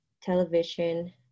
television